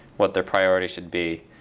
what their priorities should be.